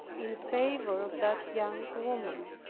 in favour of that young woman.